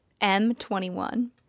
M21